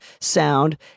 sound